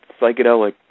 psychedelic